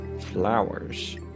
flowers